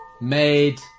made